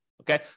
Okay